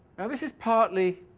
and this is partly,